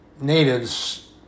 natives